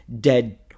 dead